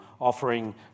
offering